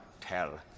Tell